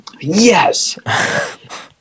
Yes